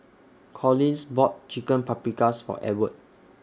Collins bought Chicken Paprikas For Edward